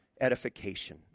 edification